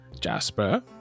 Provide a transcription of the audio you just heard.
Jasper